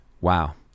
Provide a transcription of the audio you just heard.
wow